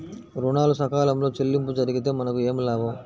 ఋణాలు సకాలంలో చెల్లింపు జరిగితే మనకు ఏమి లాభం?